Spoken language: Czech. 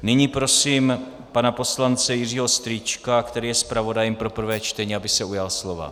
Nyní prosím pana poslance Jiřího Strýčka, který je zpravodajem pro prvé čtení, aby se ujal slova.